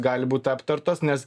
gali būt aptartos nes